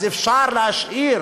אז אפשר להשאיר